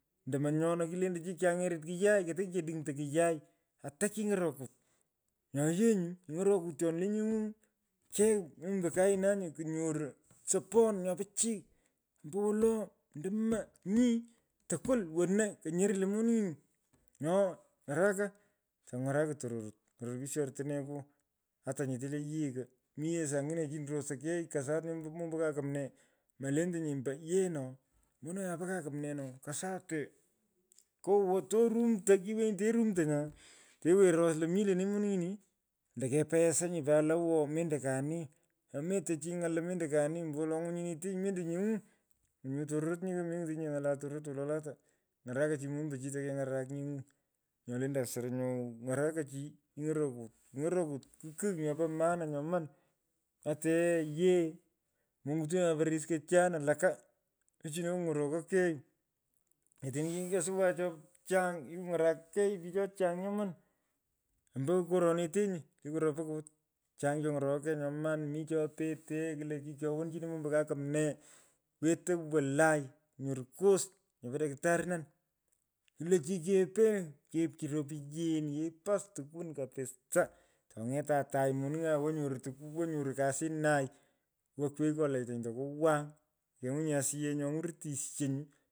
Ondo monyona kulenda chi kiangerit kiyai koto kikedung’to kiyai ata kiny’orokut. nyo yee nyuu king’orokutyoni le nyeng’u choigh mombo kainanyi kunyoru sopon nyo pichiy. ombowolo ndomo tukwul wono konyorilei monungng’ini nyo ny’araka taku ng’arakin tororot. ny’orok artineku ata nyete le yighe. Mi ye saangine chini rosoy kei kassat mombo ka kumnee. molente kossate. kowk torumto. kiwenyi terumto nyaa teworos loo mi lenee monung’inii. ento kepayasanyi pat lo mendo owoo ko anii oa meto chi ng’al lo mendo ko anii ombowolo nyinyinetenyi ny’ala tororot wolo lata. nyaraka chi mombo chi teke ny’arakinyeng’u nyo lentan soro nyo wow. Ng’araka chi ny’orokut. ng’orokut ki kigh nyopo maana nyoman ataye yee mung’utunanye pororiskochan walaka mchino kung’oronoi kei. Otini kyasowan cho chang kikung’arak kei pich cho cjong nyoman ombo koronetenyi le koro pokot chony cho chang kikung’arok kei pich chong cho ny’orokoi kei nyoman; mi cho petei kulo chi chowonicho mombo ka kumnee wetei wolai nyoro course nyopo daktarnan. Kulo chi kepee. kepchi ropien. kiposs tokwan kapisaa. Tong’eta otai monung’ai. wo nyoru tuku. wo nyoru kanisai. wo kwigh kolech anjo kuwany. mokenywan nye asiyech nyu angwan ritisho nyu.